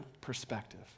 perspective